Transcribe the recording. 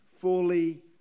fully